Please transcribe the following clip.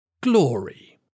Glory